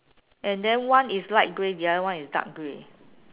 and then one is light grey the other one is dark grey